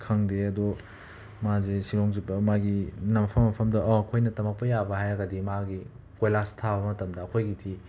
ꯈꯪꯗꯦ ꯑꯗꯣ ꯃꯥꯁꯦ ꯁꯤꯂꯣꯡ ꯖꯞ ꯃꯥꯒꯤ ꯃꯐꯝ ꯃꯐꯝꯗ ꯑꯩꯈꯣꯏꯅ ꯇꯝꯃꯛꯄ ꯌꯥꯕ ꯍꯥꯏꯔꯒꯗꯤ ꯃꯥꯒꯤ ꯀꯣꯏꯂꯥꯁ ꯊꯥꯕ ꯃꯇꯝꯗ ꯑꯩꯈꯣꯏꯒꯤꯗꯤ